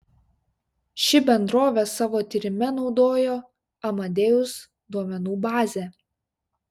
ši bendrovė savo tyrime naudojo amadeus duomenų bazę